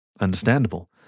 understandable